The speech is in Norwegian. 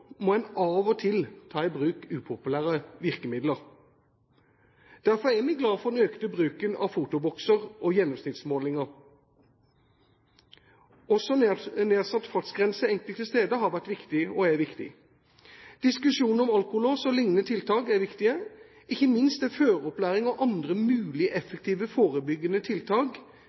må en av og til ta i bruk upopulære virkemidler. Derfor er vi glade for den økte bruken av fotobokser og gjennomsnittsmålinger. Også nedsatt fartsgrense enkelte steder har vært og er viktig. Diskusjonen om alkolås og liknende tiltak er viktig, ikke minst er føreropplæring og andre mulige effektive forebyggende tiltak